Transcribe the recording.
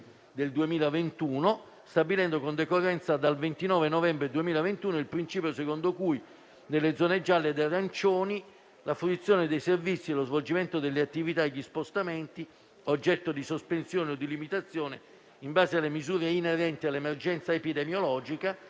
del 2021, stabilendo, con decorrenza dal 29 novembre 2021, il principio secondo cui nelle zone gialle e arancioni la fruizione dei servizi e lo svolgimento delle attività e gli spostamenti oggetto di sospensione o di limitazione, in base alle misure inerenti all'emergenza epidemiologica,